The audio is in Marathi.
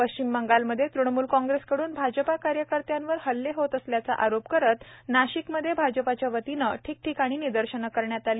पश्चिम बंगालमध्ये तृणमूल काँग्रेसकडून भाजप कार्यकर्त्यावर हल्ले होत असल्याचा आरोप करीत नाशिकमध्ये भाजपाच्या वतीने ठीकठिकाणी निदर्शने करण्यात आली